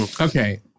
Okay